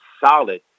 solid